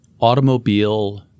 automobile